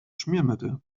schmiermittel